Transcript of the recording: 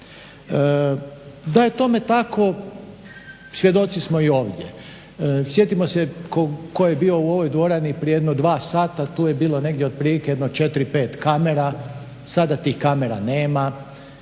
Da je tome tako svjedoci smo i ovdje. Sjetimo se tko je bio u ovoj dvorani prije jedno dva sata tu je bilo negdje otprilike jedno 4, 5 kamera. Sada tih kamera nema.